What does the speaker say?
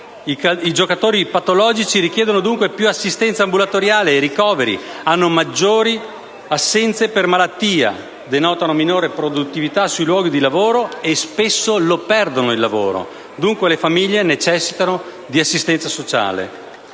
I giocatori patologici richiedono dunque più assistenza ambulatoriale e ricoveri, hanno maggiori assenze per malattia, denotano minore produttività sui luoghi di lavoro e, spesso, lo perdono, il lavoro. Dunque le famiglie necessitano di assistenza sociale.